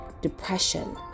depression